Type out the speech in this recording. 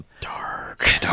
Dark